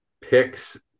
picks